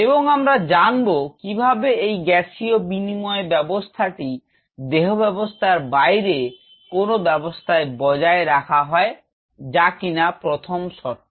এবং আমরা জানব কিভাবে এই গ্যাসীয় বিনিময় ব্যাবস্থাটি দেহব্যাবস্থার বাইরে কোনও ব্যাবস্থায় বজায় রাখা হয় যা কিনা প্রথম শর্ত